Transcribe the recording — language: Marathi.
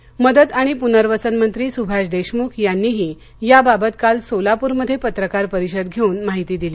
सोलापूर मदत आणि पुनर्वसन मंत्री सुभाष देशमुख यांनीही याबाबत काल सोलापूरमध्ये पत्रकार परिषद धेऊन माहिती दिली